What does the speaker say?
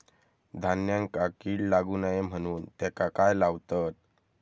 धान्यांका कीड लागू नये म्हणून त्याका काय लावतत?